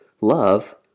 love